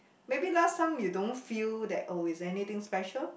maybe last time you don't feel that oh it's anything special